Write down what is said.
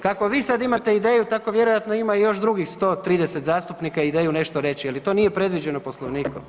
Kako vi sad imate ideju, tako vjerojatno ima i još drugih 130 zastupnika ideju nešto reći, ali to nije predviđeno Poslovnikom.